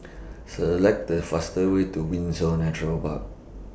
Select The fastest Way to Windsor Nature Park